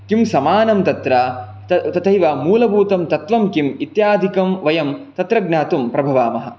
किं समानं तत्र तथैव मूलभूतं तत्त्वं किम् इत्यादिकं वयं तत्र ज्ञातुं प्रभवामः